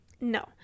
no